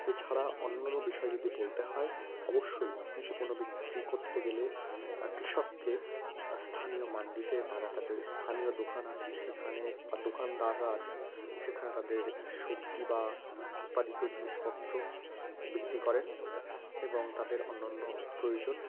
এছাড়া অন্যান্য বিষয় যদি বলতে হয় অবশ্যই কৃষি পণ্য বিক্রি করতে গেলে কৃষককে স্থানীয় মান্ডিতে তারা তাদের স্থানীয় দোকান আছে সেখানে বা দোকানদাররা আছে সেখানে তাদের সবজি বা উৎপাদিত জিনিসপত্র বিক্রি করেন এবং তাদের অন্য অন্য প্রয়োজন